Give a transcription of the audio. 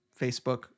Facebook